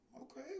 Okay